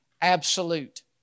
absolute